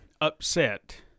upset